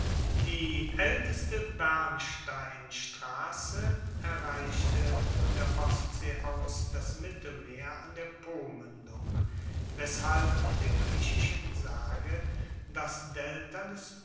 die aelteste bernsteinstrasse erreichte von der ostsee aus das mittelmeer an der pomuendung weshalb in der griechischen sage das delta